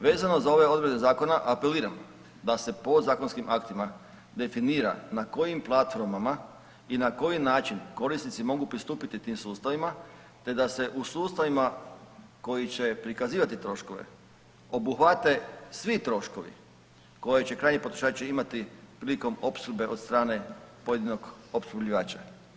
Vezano za ove odredbe zakona apeliram da se podzakonskim aktima definira na kojim platformama i na koji način korisnici mogu pristupiti tim sustavima te da se u sustavima koji će prikazivati troškove obuhvate svi troškovi koji će krajnji potrošači imati prilikom opskrbe od strane pojedinog opskrbljivača.